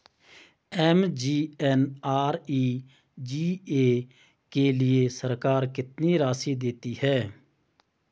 MGNREGA के लिए सरकार कितनी राशि देती है?